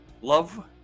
Love